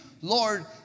Lord